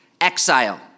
exile